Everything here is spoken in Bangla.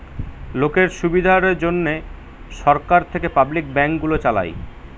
লোকের সুবিধার জন্যে সরকার থেকে পাবলিক ব্যাঙ্ক গুলো চালায়